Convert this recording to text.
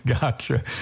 gotcha